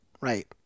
Right